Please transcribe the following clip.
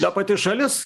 ta pati šalis